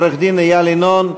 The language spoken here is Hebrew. עורך-דין איל ינון,